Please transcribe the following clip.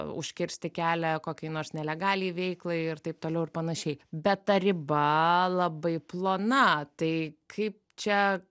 užkirsti kelią kokiai nors nelegaliai veiklai ir taip toliau ir panašiai bet ta riba labai plona tai kaip čia